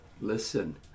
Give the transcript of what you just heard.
listen